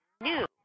new